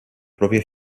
propria